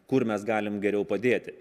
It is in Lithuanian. kur mes galim geriau padėti